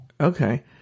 okay